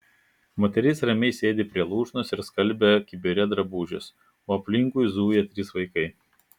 moteris ramiai sėdi prie lūšnos ir skalbia kibire drabužius o aplinkui zuja trys vaikai